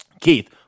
Keith